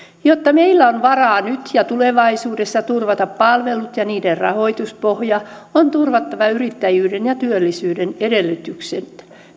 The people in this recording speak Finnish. jotta meillä on varaa nyt ja tulevaisuudessa turvata palvelut ja niiden rahoituspohja on turvattava yrittäjyyden ja työllisyyden edellytykset